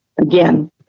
Again